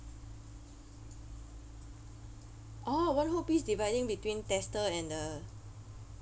orh one whole piece dividing between tester and the err